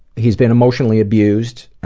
he's been emotionally abused.